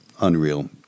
unreal